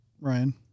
Ryan